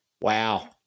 Wow